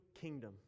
kingdom